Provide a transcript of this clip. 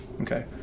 Okay